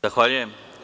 Zahvaljujem.